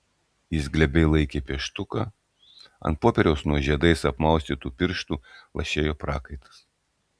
jis glebiai laikė pieštuką ant popieriaus nuo žiedais apmaustytų pirštų lašėjo prakaitas